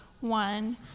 one